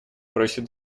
просит